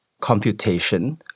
computation